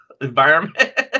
environment